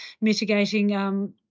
mitigating